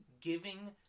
giving